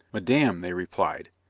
madame, they replied,